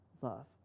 love